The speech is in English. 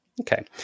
Okay